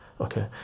Okay